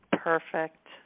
Perfect